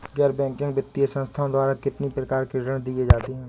गैर बैंकिंग वित्तीय संस्थाओं द्वारा कितनी प्रकार के ऋण दिए जाते हैं?